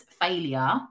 failure